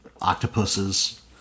octopuses